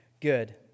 Good